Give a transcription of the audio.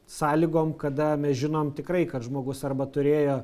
sąlygom kada mes žinom tikrai kad žmogus arba turėjo